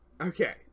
Okay